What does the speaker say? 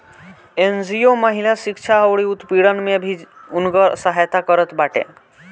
NGO महिला शिक्षा अउरी उत्पीड़न में भी उनकर सहायता करत बाटे